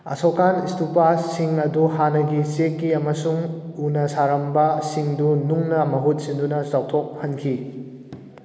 ꯑꯁꯣꯛꯀꯥꯟ ꯏꯁꯇꯨꯄꯥꯁꯁꯤꯡ ꯑꯗꯨ ꯍꯥꯟꯅꯒꯤ ꯆꯦꯛꯀꯤ ꯑꯃꯁꯨꯡ ꯎꯅ ꯁꯥꯔꯝꯕꯁꯤꯡꯗꯨ ꯅꯨꯡꯅ ꯃꯍꯨꯠ ꯁꯤꯟꯗꯨꯅ ꯆꯥꯎꯊꯣꯛꯍꯟꯈꯤ